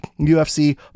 ufc